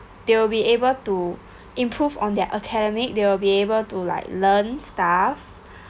they will be able to improve on their academic they will be able to like learn stuff